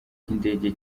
cy’indege